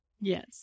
yes